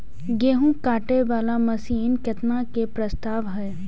गेहूँ काटे वाला मशीन केतना के प्रस्ताव हय?